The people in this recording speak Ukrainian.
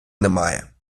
немає